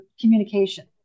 communication